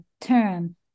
term